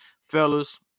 Fellas